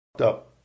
up